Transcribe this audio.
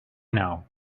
know